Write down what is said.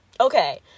okay